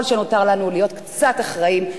כל שנותר לנו, להיות קצת אחראיים.